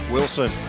Wilson